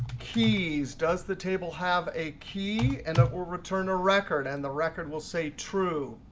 keys. does the table have a key, and it will return a record. and the record will say true.